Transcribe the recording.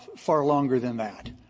far longer than that.